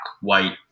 white